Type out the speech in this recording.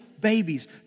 babies